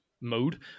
mode